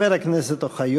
חבר הכנסת אוחיון,